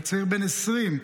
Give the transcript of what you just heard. וצעיר בן 20,